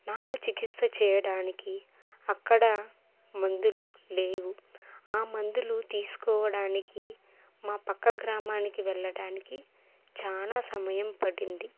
నాకు చికిత్స చేయడానికి అక్కడ మందులు లేవు ఆ మందులు తీసుకోవడానికి మా పక్క గ్రామానికి వెళ్ళడానికి చాలా సమయం పడింది